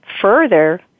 further